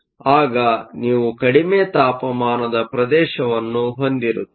ಆಗ ನೀವು ಕಡಿಮೆ ತಾಪಮಾನದ ಪ್ರದೇಶವನ್ನು ಹೊಂದಿರುತ್ತೀರಿ